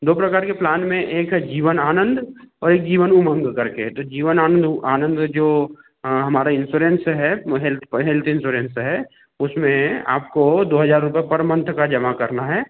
दो प्रकार के प्लान में एक है जीवन आनंद ओर एक जीवन उमंग करके है तो जीवन आनंद आनंद जो हमारा इंस्योरेंस हैं हेल्थ हेल्थ इंसोरेंस है उसमें आपको दो हज़ार रुपये पर मन्थ का जमा करना है